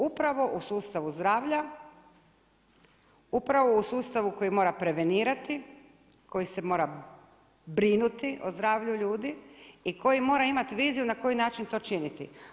Upravo u sustavu zdravlja, upravo u sustavu koji mora prevenirati, koji se mora brinuti o zdravlju ljudi i koji mora imati viziju na koji način to činiti.